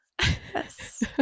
Yes